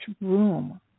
room